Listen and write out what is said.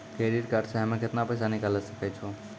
Credit card से हम्मे केतना पैसा निकाले सकै छौ?